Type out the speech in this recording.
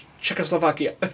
Czechoslovakia